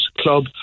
club